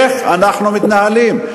איך אנחנו מתנהלים?